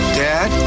dad